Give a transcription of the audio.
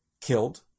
killed